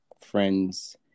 friends